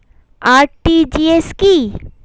RTGS কি?